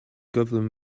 gyflym